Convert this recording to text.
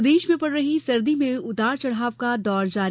प्रदेश में पड़ रही सर्दी में उतार चढ़ाव का दौर जारी